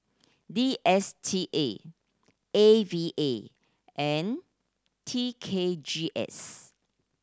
D S T A A V A and T K G S